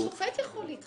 גם שופט יכול להתחלף.